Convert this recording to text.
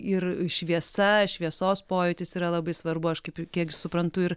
ir šviesa šviesos pojūtis yra labai svarbu aš kaip kiek suprantu ir